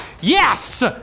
Yes